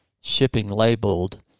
shipping-labeled